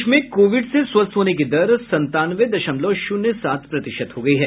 देश में कोविड से स्वस्थ होने की दर संतानवे दशमलव शून्य सात प्रतिशत हो गई है